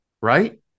right